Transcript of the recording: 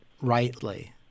rightly